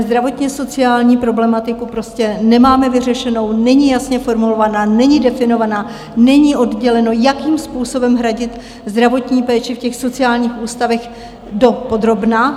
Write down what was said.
Zdravotněsociální problematiku prostě nemáme vyřešenou, není jasně formulovaná, není definovaná, není odděleno, jakým způsobem hradit zdravotní péči v sociálních ústavech dopodrobna.